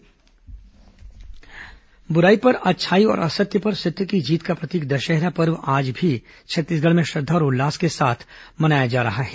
विजयादशमी बुराई पर अच्छाई और असत्य पर सत्य की जीत का प्रतीक दशहरा पर्व आज भी छत्तीसगढ़ में श्रद्वा और उल्लास के साथ मनाया जा रहा है